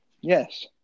Yes